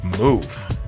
move